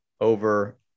over